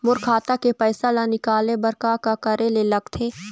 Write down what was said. मोर खाता के पैसा ला निकाले बर का का करे ले लगथे?